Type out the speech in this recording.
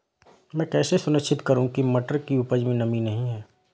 मैं कैसे सुनिश्चित करूँ की मटर की उपज में नमी नहीं है?